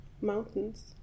mountains